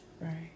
Right